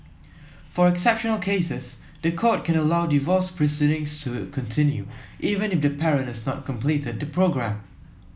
for exceptional cases the court can allow divorce proceedings to continue even if the parent has not completed the programme